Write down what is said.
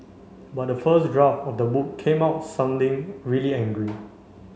but the first draft of the book came out sounding really angry